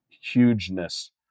hugeness